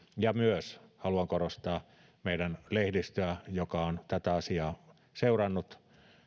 ja myös haluan korostaa meidän lehdistöä joka on tätä asiaa seurannut